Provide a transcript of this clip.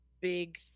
big